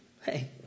hey